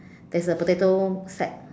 there's a potato sack